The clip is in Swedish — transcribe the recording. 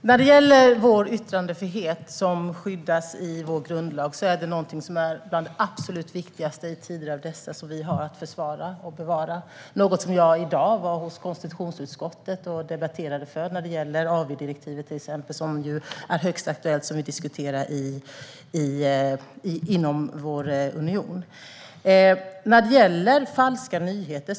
Herr talman! Vår yttrandefrihet, som skyddas i vår grundlag, hör till det absolut viktigaste som vi har att försvara och bevara i tider som dessa. Detta är också något som jag i dag framhöll i konstitutionsutskottet när vi debatterade till exempel AV-direktivet, som är högst aktuellt och som vi diskuterar inom vår union. Aron Emilsson nämner falska nyheter.